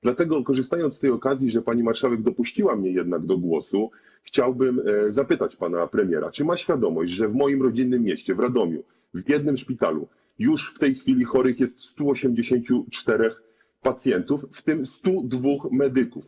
Dlatego, korzystając z okazji, że pani marszałek dopuściła mnie jednak do głosu, chciałbym zapytać pana premiera, czy ma świadomość, że w moim rodzinnym mieście, w Radomiu, w jednym szpitalu już w tej chwili chorych jest 184 pacjentów, w tym 102 medyków.